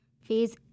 Phase